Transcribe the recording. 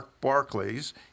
Barclays